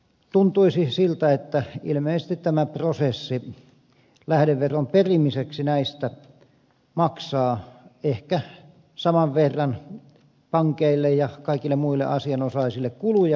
tuntuisi siltä että ilmeisesti tämä prosessi lähdeveron perimiseksi näistä maksaa ehkä saman verran pankeille ja kaikille muille asianosaisille kuluja kuin mitä se tuottaa